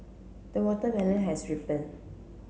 the watermelon has ripened